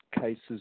cases